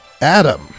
Adam